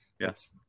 Yes